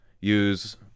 use